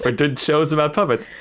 ah did shows about puppets.